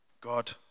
God